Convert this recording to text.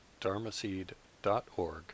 dharmaseed.org